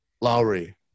lowry